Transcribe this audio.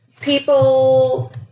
people